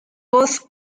voz